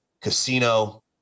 Casino